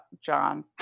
John